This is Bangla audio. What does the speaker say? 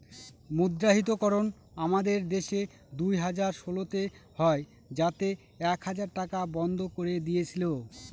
মুদ্রাহিতকরণ আমাদের দেশে দুই হাজার ষোলোতে হয় যাতে এক হাজার টাকা বন্ধ করে দিয়েছিল